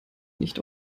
nicht